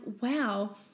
wow